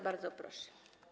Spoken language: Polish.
Bardzo proszę.